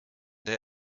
der